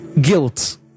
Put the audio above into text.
guilt